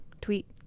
tweet